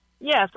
yes